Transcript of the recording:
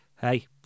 hey